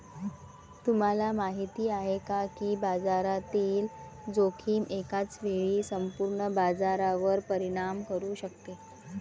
तुम्हाला माहिती आहे का की बाजारातील जोखीम एकाच वेळी संपूर्ण बाजारावर परिणाम करू शकते?